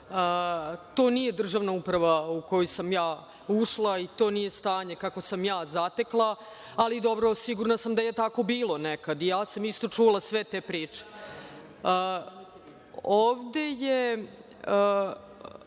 To nije državna uprava u koju sam ja ušla i to nije stanje kakvo sam ja zatekla, ali dobro, sigurna sam da je tako bilo nekada, i ja sam isto čula sve te priče. Ovde je